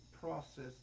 process